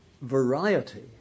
variety